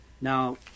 Now